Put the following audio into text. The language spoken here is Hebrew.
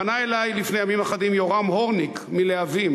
פנה אלי לפני ימים אחדים יורם הורניק מלהבים,